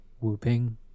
whooping